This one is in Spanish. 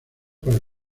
para